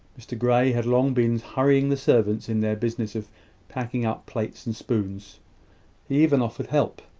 mr grey had long been hurrying the servants in their business of packing up plates and spoons. he even offered help,